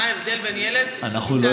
מה ההבדל בין ילד בכיתה ד' אנחנו לא